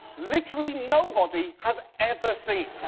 literally nobody has ever seen.